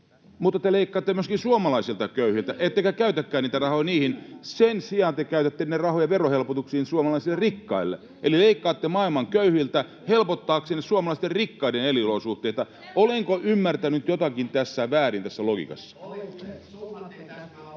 mutta te leikkaatte myöskin suomalaisilta köyhiltä, ettekä käytäkään niitä rahoja heihin. Sen sijaan te käytätte niitä rahoja verohelpotuksiin suomalaisille rikkaille. Eli leikkaatte maailman köyhiltä helpottaaksenne suomalaisten rikkaiden elinolosuhteita. Olenko ymmärtänyt jotakin väärin tässä logiikassa? [Ben